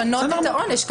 יכול לשנות את העונש.